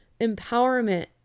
empowerment